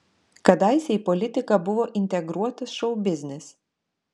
kadaise į politiką buvo integruotas šou biznis